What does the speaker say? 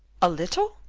a little?